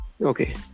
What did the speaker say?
Okay